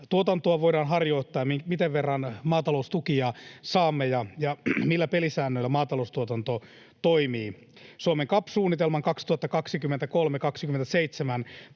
maataloustuotantoa voidaan harjoittaa ja minkä verran maataloustukia saamme ja millä pelisäännöillä maataloustuotanto toimii. Suomen CAP-suunnitelman 2023—27